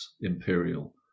Imperial